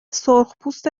سرخپوست